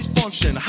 function